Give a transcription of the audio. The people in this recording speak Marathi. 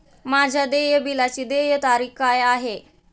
माझ्या देय बिलाची देय तारीख काय आहे?